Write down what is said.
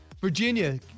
Virginia